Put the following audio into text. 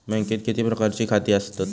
बँकेत किती प्रकारची खाती आसतात?